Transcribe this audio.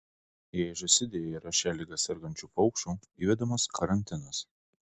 jei žąsidėje yra šia liga sergančių paukščių įvedamas karantinas